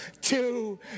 two